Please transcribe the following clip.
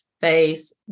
face